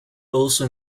also